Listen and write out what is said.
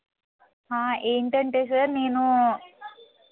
ఏంటంటే సార్ నేను